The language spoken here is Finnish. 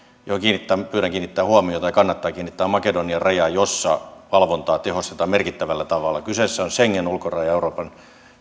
johon pyydän kiinnittämään huomiota ja kannattaa kiinnittää huomiota makedonian raja jossa valvontaa tehostetaan merkittävällä tavalla kyseessä on schengen ulkoraja euroopan